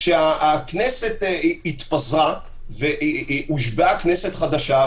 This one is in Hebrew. כשהכנסת התפזרה והושבעה כנסת חדשה,